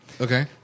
Okay